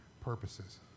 purposes